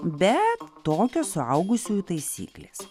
bet tokios suaugusiųjų taisyklės